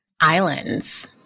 islands-